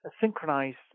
synchronized